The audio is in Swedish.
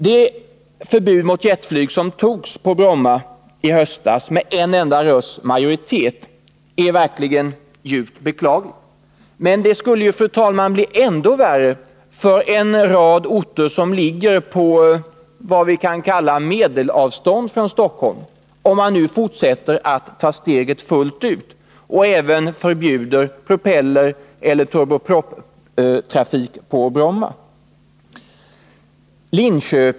Det förbud mot jetflyg på Bromma som fattades i höstas med en enda rösts majoritet är verkligen beklagligt. Men det skulle, fru talman, bli ännu värre för en rad orter som ligger på ”medelavstånd” från Stockholm, om man nu fortsätter att ta steget fullt ut och även förbjuder propellereller turboproptrafik på Bromma.